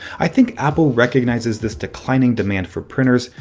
i think apple recognizes this declining demand for printers,